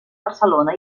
barcelona